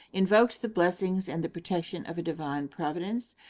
invoked the blessings and the protection of a divine providence,